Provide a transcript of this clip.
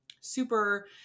super